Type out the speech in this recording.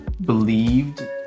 believed